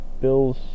Bills